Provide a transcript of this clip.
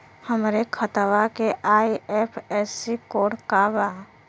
हमरे खतवा के आई.एफ.एस.सी कोड का बा?